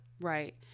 right